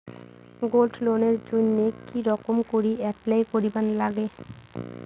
Gold লোনের জইন্যে কি রকম করি অ্যাপ্লাই করিবার লাগে?